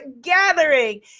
gathering